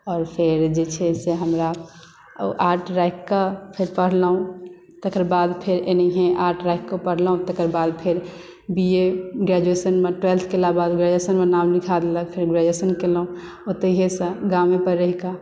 आओर फेर जे छै से हमरा आर्ट राखि कऽ फेर पढ़लहुँ तकर बाद फेर एनाहिये आर्ट राखि कऽ पढ़लहुँ तकर बाद फेर बी ए ग्रेजुएशनमे ट्वेल्व्थ केलाके बाद ग्रेजुएशनमे नाम लिखा देलथि फेर ग्रेजुएशन केलहुँ ओतहियेसँ गामे पर रहिकऽ